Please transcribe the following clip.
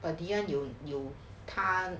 but ngee ann 有有他